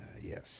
Yes